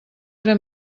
era